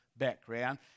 Background